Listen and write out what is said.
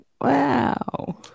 Wow